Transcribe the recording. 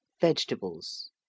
vegetables